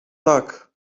tak